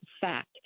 fact